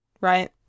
Right